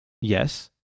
yes